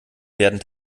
werden